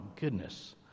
goodness